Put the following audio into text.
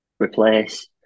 replace